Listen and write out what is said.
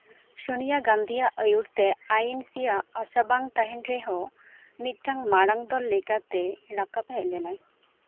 ᱥᱳᱱᱤᱭᱟ ᱜᱟᱱᱫᱷᱤᱭᱟᱜ ᱟᱹᱭᱩᱨ ᱛᱮ ᱟᱭ ᱮᱱ ᱥᱤᱭᱟᱜ ᱟᱥᱟ ᱵᱟᱝ ᱛᱟᱦᱮᱱ ᱨᱮᱦᱚᱸ ᱢᱤᱫᱴᱟᱝ ᱢᱟᱨᱟᱝ ᱫᱚᱞ ᱞᱮᱠᱟᱛᱮ ᱨᱟᱠᱟᱵ ᱦᱮᱡ ᱞᱮᱱᱟᱭ